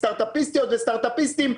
סטרט-אפיסטיות וסטרט-אפיסטים.